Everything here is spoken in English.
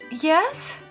yes